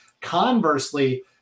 Conversely